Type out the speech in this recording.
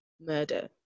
murder